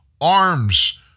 Arms